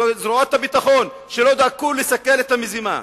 זרועות הביטחון שלא דאגו לסכל את המזימה.